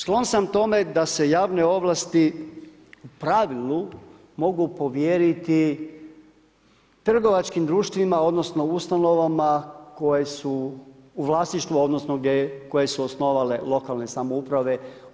Sklon sam tome da se javne ovlasti u pravilu mogu povjeriti trgovačkim društvima, odnosno ustanovama koje su u vlasništvu, odnosno koje su osnovale lokalne samouprave.